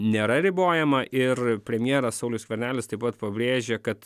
nėra ribojama ir premjeras saulius skvernelis taip pat pabrėžė kad